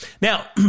Now